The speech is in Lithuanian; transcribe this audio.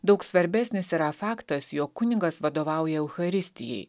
daug svarbesnis yra faktas jog kunigas vadovauja eucharistijai